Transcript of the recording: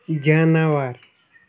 جاناوار